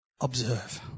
Observe